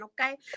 okay